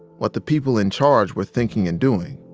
what the people in charge were thinking and doing